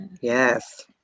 yes